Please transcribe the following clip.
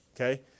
Okay